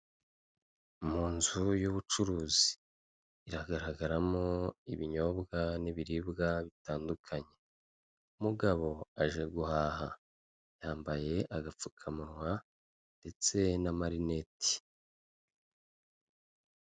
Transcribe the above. Ahantu hari habereye amatora abaturage bamwe bari kujya gutora abandi bari kuvayo ku marembo y'aho hantu hari habereye amatora hari hari banderore yanditseho repubulika y'u Rwanda komisiyo y'igihugu y'amatora, amatora y'abadepite ibihumbi bibiri na cumi n'umunani twitabire amatora duhitemo neza.